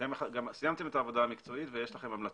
סיימתם את העבודה המקצועית ויש לכם המלצות.